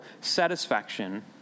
satisfaction